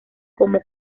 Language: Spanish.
como